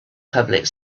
public